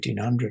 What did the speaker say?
1800